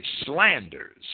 slanders